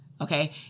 Okay